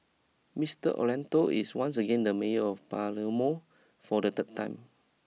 Mister Orlando is once again the mayor of Palermo for the third time